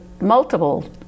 multiple